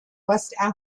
western